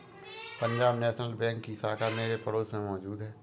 Punjab National Bank की शाखा मेरे पड़ोस में मौजूद है